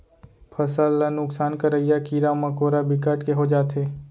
फसल ल नुकसान करइया कीरा मकोरा बिकट के हो जाथे